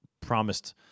promised